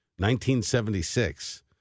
1976